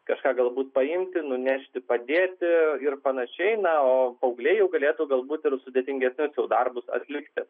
kažką galbūt paimti nunešti padėti ir panašiai na o paaugliai jau galėtų galbūt ir sudėtingesnius jau darbus atlikti